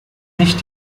nicht